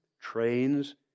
trains